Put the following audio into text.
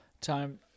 Time